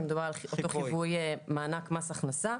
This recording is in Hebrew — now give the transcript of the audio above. על חיווי מענק מס הכנסה.